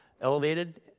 elevated